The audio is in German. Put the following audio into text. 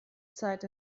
zeit